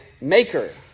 maker